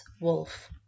Wolf